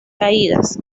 caídas